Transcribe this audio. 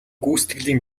гүйцэтгэлийн